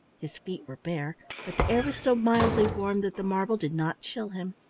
his feet were bare, but the air was so mildly warm that the marble did not chill him.